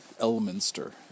Elminster